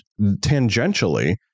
tangentially